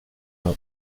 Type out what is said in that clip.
nom